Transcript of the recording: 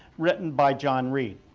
written by john reed.